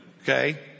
Okay